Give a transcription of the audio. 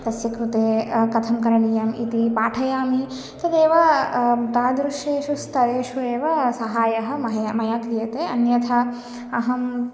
तस्य कृते कथं करणीयम् इति पाठयामि तदेव तादृशेषु स्तरेषु एव सहायः मह् मया क्रियते अन्यथा अहं